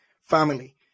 family